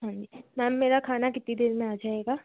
हाँ जी मेम मेरा खाना कितनी देर में आ जाएगा